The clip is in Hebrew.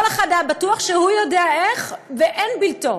כל אחד היה בטוח שהוא יודע איך, ואין בלתו.